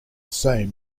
same